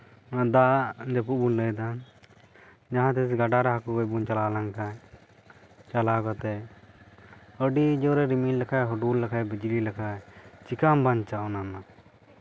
ᱫᱟᱜ ᱡᱟᱹᱯᱩᱫ ᱵᱚᱱ ᱞᱟᱹᱭᱫᱟ ᱡᱟᱦᱟᱸ ᱛᱤᱥ ᱜᱟᱰᱟᱨᱮ ᱦᱟᱹᱠᱩ ᱜᱚᱡ ᱵᱚᱱ ᱪᱟᱞᱟᱣ ᱞᱮᱱᱠᱷᱟᱱ ᱪᱟᱞᱟᱣ ᱠᱟᱛᱮᱜ ᱟᱹᱰᱤ ᱡᱳᱨᱮ ᱨᱤᱢᱤᱞ ᱞᱮᱠᱷᱟᱱ ᱦᱩᱰᱩᱨ ᱞᱮᱠᱷᱟᱱ ᱵᱤᱡᱽᱞᱤ ᱞᱮᱠᱷᱟᱱ ᱪᱮᱠᱟᱢ ᱵᱟᱧᱪᱟᱜᱼᱟ ᱚᱱᱟ ᱨᱮᱱᱟᱜ